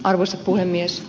arvoisa puhemies